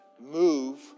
move